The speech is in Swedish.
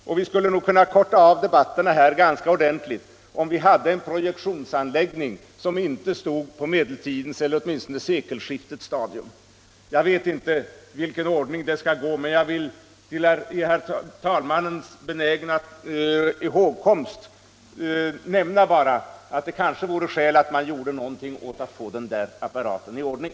Och vi skulle nog kunna korta av debatterna här ganska ordentligt om vi hade en projektionsanläggning som inte befann sig på medeltidens eller åtminstone sekelskiftets stadium. Jag vet inte i vilken ordning det skall gå, men jag vill bara för herr talmannens benägna ihågkomst nämna att det kanske vore skäl att göra någonting för att få den där apparaten i ordning.